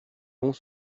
vont